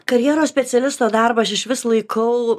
karjeros specialisto darbą aš iš vis laikau